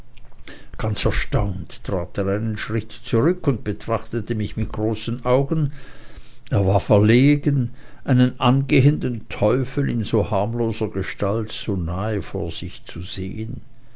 ganz erstaunt trat er einen schritt zurück und betrachtete mich mit großen augen er war verlegen einen angehenden teufel in so harmloser gestalt so nahe vor sich zu sehen